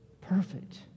Perfect